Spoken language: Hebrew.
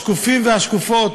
השקופים והשקופות,